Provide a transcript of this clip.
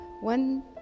One